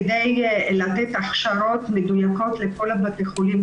כדי לתת הכשרות מדויקות לכל בתי החולים.